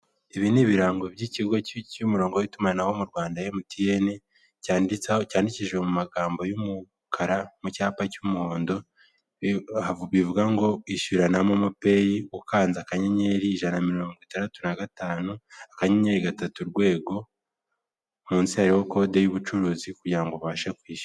Ibi ni ibirango by'ikigo cy'umurongo w'itumanaho mu Rwanda MTN, cyandikishijwe mu magambo y'umukara mu cyapa cy'umuhondo bivuga ngo"ishyuranamo MOMO peyi", ukanze "akanyenyeri ijana na mirongo itandatu na gatanu, akanyenyeri gatatu urwego", munsi hariho kode y'ubucuruzi kugirango ubashe kwishyura.